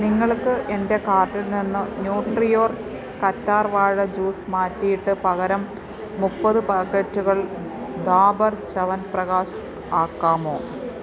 നിങ്ങൾക്ക് എന്റെ കാർട്ടിൽ നിന്ന് ന്യൂട്രി യോർഗ് കറ്റാർ വാഴ ജ്യൂസ് മാറ്റിയിട്ട് പകരം മുപ്പത് പാക്കറ്റുകൾ ഡാബർ ച്യവൻപ്രകാശ് ആക്കാമോ